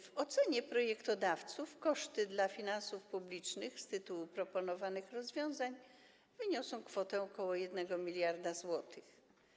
W ocenie projektodawców koszty dla finansów publicznych z tytułu proponowanych rozwiązań wyniosą ok. 1 mld zł.